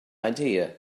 idea